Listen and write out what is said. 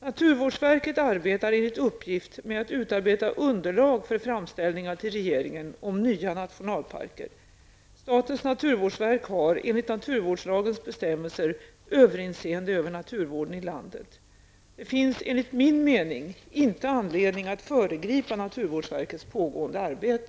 Naturvårdsverket arbetar enligt uppgift med att utarbeta underlag för framställningar till regeringen om nya nationalparker. Statens naturvårdsverk har enligt naturvårdslagens bestämmelser överinseende över naturvården i landet. Det finns enligt min mening inte anledning att föregripa naturvårdsverkets pågående arbete.